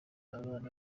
abana